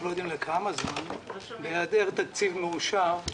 בהיעדר תקציב מאושר,